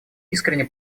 искренне